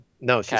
no